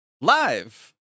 live